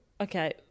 Okay